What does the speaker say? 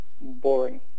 boring